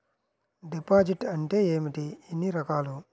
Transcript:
Deposit అంటే ఏమిటీ ఎన్ని రకాలు?